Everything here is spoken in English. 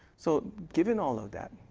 so given all of that,